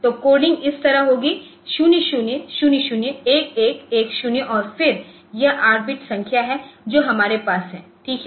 तो कोडिंग इस तरह होगी कि 0000 1110 और फिर यह 8 बिट संख्या है जो हमारे पास है ठीक है